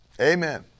Amen